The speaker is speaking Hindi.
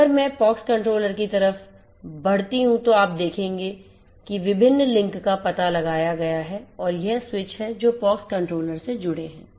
अगर मैं पॉक्स कंट्रोलर की तरफ बढ़ती हूँ तो आप देखेंगे कि विभिन्न लिंक का पता लगाया गया है और ये स्विच हैं जो pox कंट्रोलर से जुड़े हैं